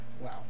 Wow